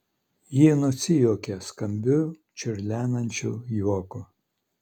ji nusijuokė skambiu čiurlenančiu juoku